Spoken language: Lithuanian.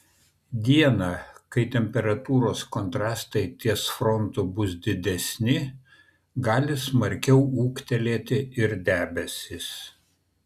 dieną kai temperatūros kontrastai ties frontu bus didesni gali smarkiau ūgtelėti ir debesys